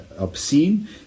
obscene